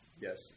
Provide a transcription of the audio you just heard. Yes